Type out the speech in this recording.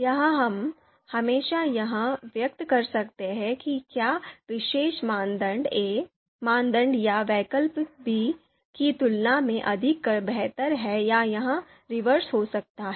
यहां हम हमेशा यह व्यक्त कर सकते हैं कि क्या विशेष मानदंड 'ए' मानदंड या वैकल्पिक 'बी 'की तुलना में अधिक बेहतर है या यह रिवर्स हो सकता है